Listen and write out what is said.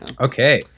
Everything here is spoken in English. Okay